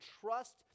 trust